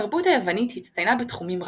התרבות היוונית הצטיינה בתחומים רבים,